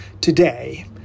today